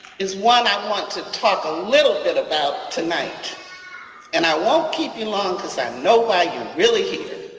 is one i want to talk a little bit about tonight and i won't keep you long because i know why you're really here.